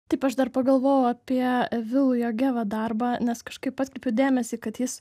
taip aš dar pagalvojau apie vilu jogeva darbą nes kažkaip atkreipiau dėmesį kad jis